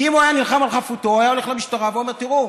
כי אם הוא היה נלחם על חפותו הוא היה הולך למשטרה ואומר: תראו,